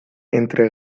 entre